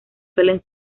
suelen